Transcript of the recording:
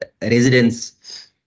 residents